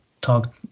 talk